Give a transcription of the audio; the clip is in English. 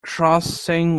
crossing